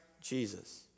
Jesus